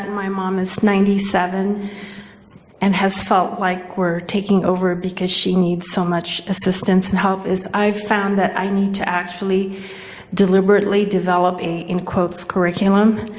my mom is ninety seven and has felt like we're taking over because she needs so much assistance and help is i found that i need to actually deliberately develop a curriculum,